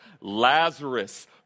Lazarus